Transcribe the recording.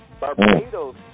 Barbados